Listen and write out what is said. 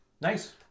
Nice